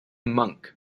monk